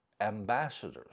ambassadors